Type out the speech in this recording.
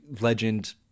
legend